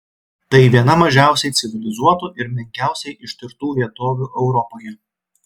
tai viena mažiausiai civilizuotų ir menkiausiai ištirtų vietovių europoje